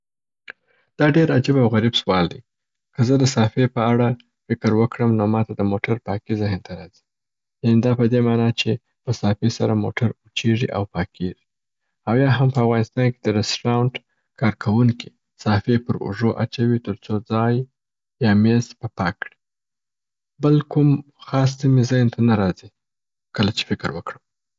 دا ډېر عجیب او غریب سوال دی. که زه د صافې په اړه فکر وکړم نو ماته د موټر پاکي ذهن ته راځي. یعني دا په دې معنا چې په صافې سره موټر اوچیږي او پاکیږي. او یا هم په افغانستان کې د رسټورانټ کارکوونکي صافې پر اوږو اچوي تر څو ځای یا میز په پاک کړي. بل کوم خاص څه مي ذهن ته نه راځي کله چي فکر وکړم.